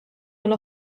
mal